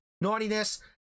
Naughtiness